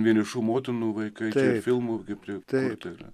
vienišų motinų vaikai filmų gi prikurta yra